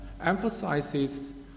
emphasizes